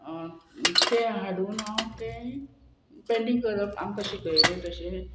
तें हाडून हांव तें पेंटींग करप आमकां शिकयलें तशें